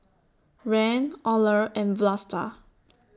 Rand Olar and Vlasta